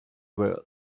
were